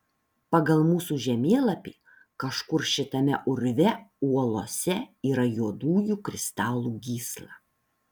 pagal mūsų žemėlapį kažkur šitame urve uolose yra juodųjų kristalų gysla